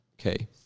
okay